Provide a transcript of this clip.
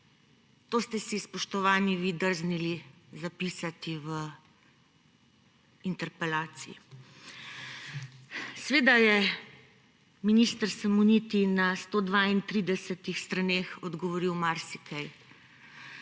To ste si, spoštovani, vi drznili zapisati v interpelaciji. Seveda je minister Simoniti na 132 straneh odgovoril na marsikaj,